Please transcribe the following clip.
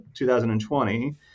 2020